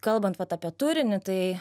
kalbant vat apie turinį tai